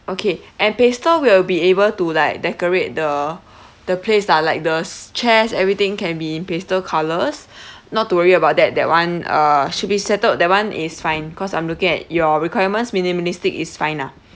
okay and pastel we'll be able to like decorate the the place lah like the chairs everything can be in pastel colours not to worry about that that [one] uh should be settled that [one] is fine cause I'm looking at your requirements minimalistic is fine lah